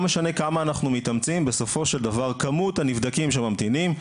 לא משנה כמה אנחנו מתאמצים בסופו של דבר כמות הנבדקים שממתינים,